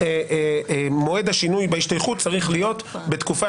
מועד השינוי בהשתייכות צריך להיות בתקופה